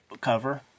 cover